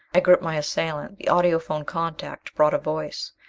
i gripped my assailant. the audiphone contact brought a voice.